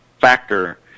factor